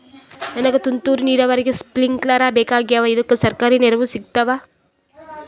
ನನಗ ತುಂತೂರು ನೀರಾವರಿಗೆ ಸ್ಪಿಂಕ್ಲರ ಬೇಕಾಗ್ಯಾವ ಇದುಕ ಸರ್ಕಾರಿ ನೆರವು ಸಿಗತ್ತಾವ?